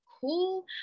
cool